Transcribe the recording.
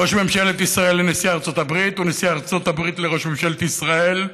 ראש ממשלת ישראל לנשיא ארצות הברית ונשיא ארצות הברית לראש ממשלת ישראל.